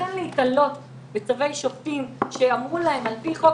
לכן להיתלות בצווי שופטים שאמרו להם על פי חוק